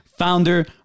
founder